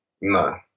no